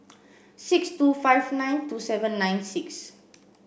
six two five nine two seven nine six